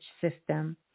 system